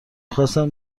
خواستم